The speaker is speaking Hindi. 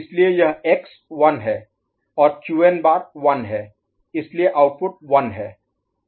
इसलिए यह एक्स 1 है और क्यूएन बार Qn' 1 है इसलिए आउटपुट 1 है